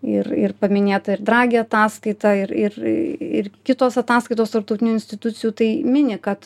ir ir paminėta ir dragi ataskaita ir ir ir kitos ataskaitos tarptautinių institucijų tai mini kad